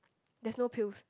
there's no pills